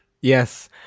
Yes